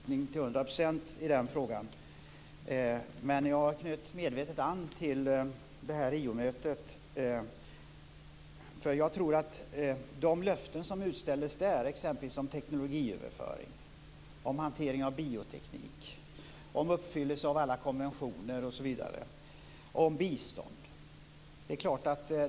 Herr talman! Jag delar statsrådets uppfattning till hundra procent i den frågan. Jag knöt medvetet an till Riomötet, med tanke på de löften som utställdes där, exempelvis om teknologiöverföring, om hantering av bioteknik, om uppfyllelse av alla konventioner och om bistånd.